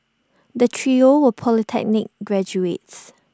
the trio were polytechnic graduates